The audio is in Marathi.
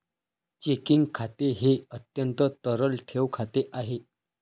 चेकिंग खाते हे अत्यंत तरल ठेव खाते आहे